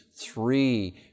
three